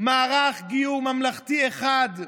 מערך גיור ממלכתי אחד,